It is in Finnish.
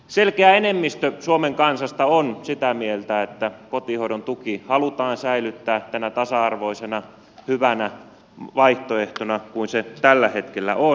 selkeä enemmistö suomen kansasta on sitä mieltä että kotihoidon tuki halutaan säilyttää tänä tasa arvoisena hyvänä vaihtoehtona kuin se tällä hetkellä on